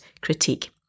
critique